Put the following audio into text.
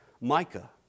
Micah